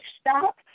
stop